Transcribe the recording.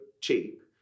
cheap